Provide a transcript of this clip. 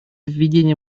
введения